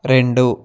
రెండు